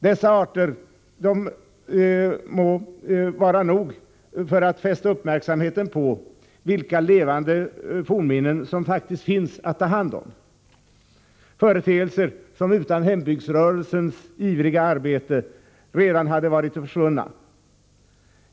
Dessa arter må vara nog för att fästa uppmärksamheten på vilka levande fornminnen som faktiskt finns att ta hand om, företeelser som utan hembygdsrörelsens ivriga arbete redan hade varit försvunna.